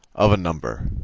of a number.